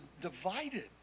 divided